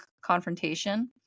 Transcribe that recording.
confrontation